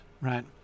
right